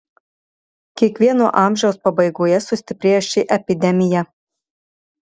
kiekvieno amžiaus pabaigoje sustiprėja ši epidemija